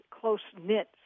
close-knit